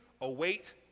await